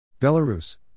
Belarus